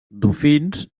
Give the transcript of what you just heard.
dofins